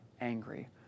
angry